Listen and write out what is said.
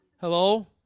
Hello